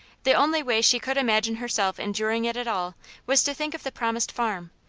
the only way she could imagine herself enduring it at all was to think of the promised farm,